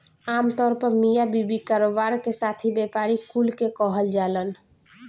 आमतौर पर मिया बीवी, कारोबार के साथी, व्यापारी कुल के कहल जालन